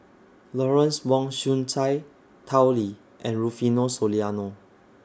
Lawrence Wong Shyun Tsai Tao Li and Rufino Soliano